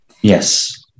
Yes